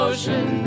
Ocean